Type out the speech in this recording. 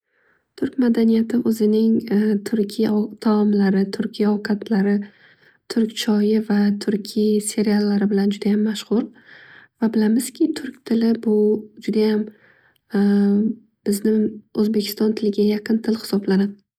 Turk madaniyati o'zining turkiy madaniyati, turkiy ovqatlari, turk shoyi va turkiy seriallari bilan judayam mashhur. Va bilamizki turk tili bu judayam bizning o'zbekiston tiliga yaqin til hisoblanadi.